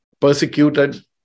persecuted